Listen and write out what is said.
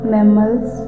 Mammals